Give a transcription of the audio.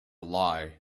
lie